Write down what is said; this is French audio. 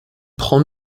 prend